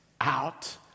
out